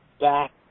back